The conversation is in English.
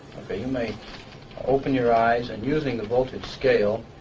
but you may open your eyes and using the voltage scale